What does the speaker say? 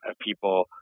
people